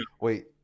Wait